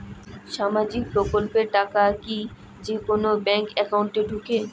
সামাজিক প্রকল্পের টাকা কি যে কুনো ব্যাংক একাউন্টে ঢুকে?